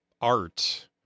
art